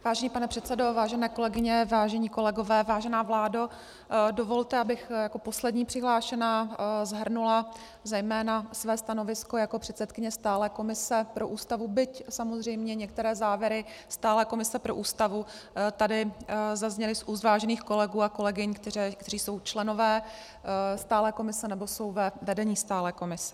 Vážený pane předsedo, vážené kolegyně, vážení kolegové, vážená vládo, dovolte, abych jako poslední přihlášená shrnula zejména své stanovisko jako předsedkyně stálé komise pro Ústavu, byť samozřejmě některé závěry stálé komise pro Ústavu tady zazněly z úst vážených kolegů a kolegyň, kteří jsou členové stálé komise nebo jsou ve vedení stálé komise.